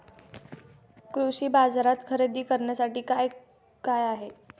कृषी बाजारात खरेदी करण्यासाठी काय काय आहे?